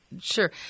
Sure